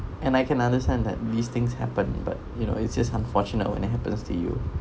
and I can understand that these things happen but you know it's just unfortunate when it happens to you